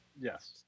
Yes